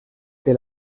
que